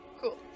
Cool